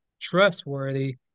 trustworthy